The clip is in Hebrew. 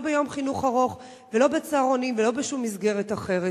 לא ביום חינוך ארוך ולא בצהרונים ולא בשום מסגרת אחרת.